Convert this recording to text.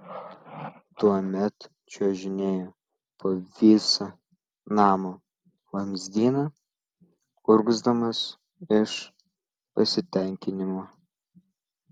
tuomet čiuožinėju po visą namo vamzdyną urgzdamas iš pasitenkinimo